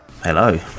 Hello